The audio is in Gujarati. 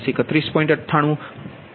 98 31